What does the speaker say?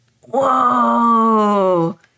whoa